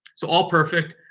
so, all perfect.